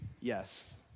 Yes